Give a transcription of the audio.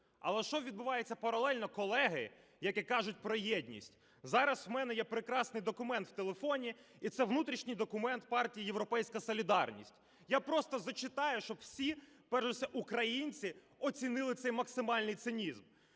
Але що відбувається паралельно, колеги, які кажуть про єдність? Зараз в мене є прекрасний документ в телефоні, і це внутрішній документ партії "Європейська солідарність". Я просто зачитаю, щоб всі, перш за все українці, оцінили цей максимальний цинізм.